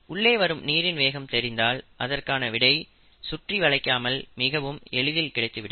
ஆகையால் உள்ளே வரும் நீரின் வேகம் தெரிந்தால் அதற்கான விடை சுற்றி வளைக்காமல் மிகவும் எளிதில் கிடைத்துவிடும்